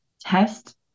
test